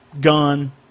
Gun